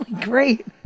great